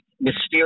mysterious